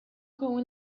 come